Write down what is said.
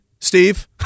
Steve